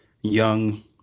young